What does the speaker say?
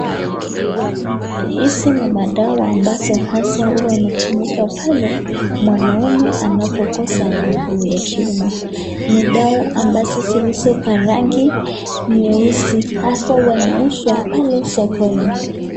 Hizi ni madawa ambazo haswa uweza kuwa inatumika pale mwanaume anapokosa nguvu ya kiume, ni dawa zilizo kwa rangi nyeupe haswa yanauzwa pale sokoni.